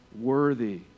worthy